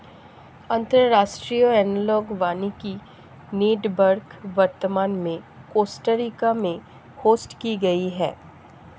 अंतर्राष्ट्रीय एनालॉग वानिकी नेटवर्क वर्तमान में कोस्टा रिका में होस्ट की गयी है